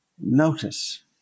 notice